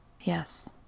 yes